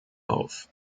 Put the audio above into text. auf